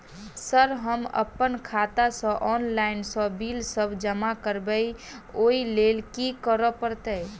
Sir हम अप्पन खाता सऽ ऑनलाइन सऽ बिल सब जमा करबैई ओई लैल की करऽ परतै?